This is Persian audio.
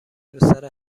روسر